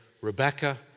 Rebecca